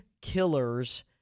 killers